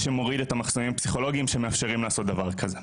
שמוריד את המחסומים הפסיכולוגיים שמאפשרים לעשות דבר כזה.